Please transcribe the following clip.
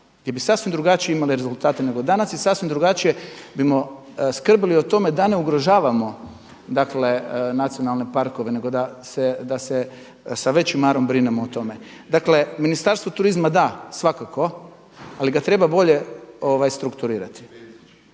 gdje bi sasvim drugačije imali rezultate nego danas i sasvim drugačije bismo skrbili o tome da ne ugrožavamo nacionalne parkove nego da se sa većim marom brinemo o tome. Dakle, Ministarstvo turizma da, svakako, ali ga treba bolje strukturirati.